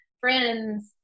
friends